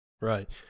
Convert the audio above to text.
right